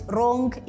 Wrong